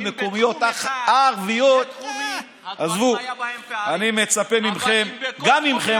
של פגיעה בהכנסה גם כתוצאה מהקורונה.